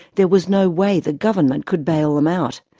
there was no way the government could bail them out.